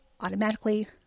automatically